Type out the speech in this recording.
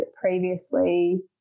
previously